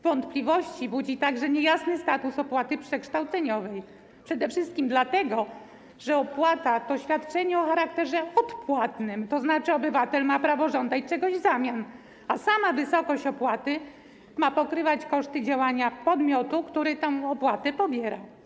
Wątpliwości budzi także niejasny status opłaty przekształceniowej, przede wszystkim dlatego, że opłata to świadczenie o charakterze odpłatnym, tzn. obywatel ma prawo żądać czegoś w zamian, a sama wysokość opłaty ma pokrywać koszty działania podmiotu, który tę opłatę pobiera.